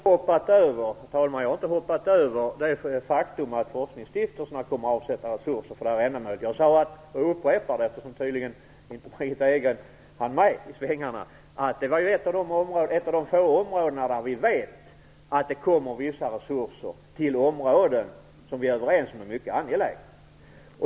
Herr talman! Jag har inte hoppat över det faktum att forskningsstiftelserna kommer att avsätta resurser för det här ändamålet. Jag sade, och upprepar det eftersom Margitta Edgren tydligen inte hann med i svängarna, att det var ett av de få områden som vi vet kommer att få vissa resurser, områden som vi är överens om är mycket angelägna.